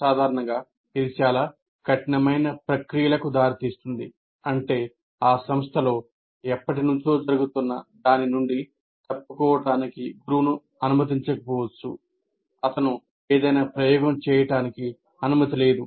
సాధారణంగా ఇది చాలా కఠినమైన ప్రక్రియలకు దారితీస్తుంది అంటే ఆ సంస్థలో ఎప్పటి నుంచో జరుగుతున్న దాని నుండి తప్పుకోవడానికి మార్పు చేయటానికి గురువును అనుమతించకపోవచ్చు అతను ఏదైనా ప్రయోగం చేయడానికి అనుమతి లేదు